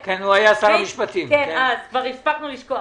היה אז, כבר הספקנו לשכוח.